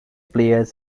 players